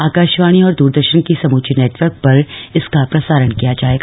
आकाशवाणी और द्रदर्शन के समुचे नेटवर्क पर इसका प्रसारण किया जाएगा